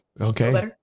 okay